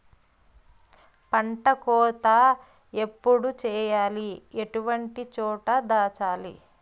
పంట కోత ఎప్పుడు చేయాలి? ఎటువంటి చోట దాచాలి?